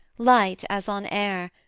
light as on air,